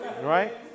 Right